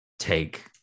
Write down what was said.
take